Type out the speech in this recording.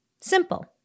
Simple